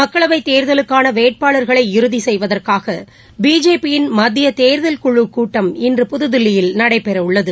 மக்களவைத் தேர்தலுக்கானவேட்பாளர்களை இறுதிசெய்வதற்காகபிஜேபியின் மத்தியதேர்தல்குழுக் கூட்டம் இன்று புதுதில்லியில் நடைபெறஉள்ளது